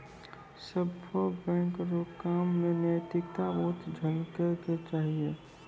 सभ्भे बैंक रो काम मे नैतिकता बहुते झलकै के चाहियो